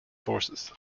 forces